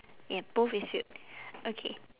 yes both is filled okay